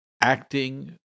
acting